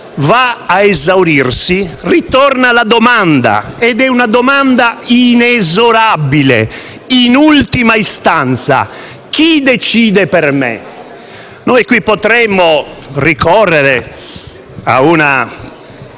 va ad esaurirsi, ritorna la domanda ed è una domanda inesorabile: in ultima istanza, chi decide per me? Qui potremmo ricorrere ad una